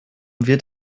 wird